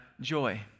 joy